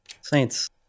Saints